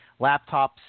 laptops